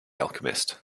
alchemist